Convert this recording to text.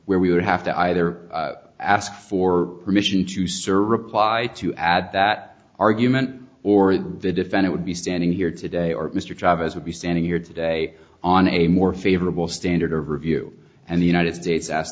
where we would have to either ask for permission to serve a reply to add that argument or the defend it would be standing here today or mr dr as would be standing here today on a more favorable standard of review and the united states ask